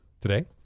today